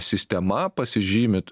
sistema pasižymit